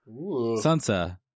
sansa